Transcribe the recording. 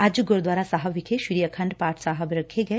ਅੱਜ ਗੁਰੁਦੁਆਰਾ ਸਾਹਿਬ ਵਿਖੇ ਸ੍ਰੀ ਅਖੰਡ ਪਾਠ ਸਾਹਿਬ ਰੱਖੇ ਗਏ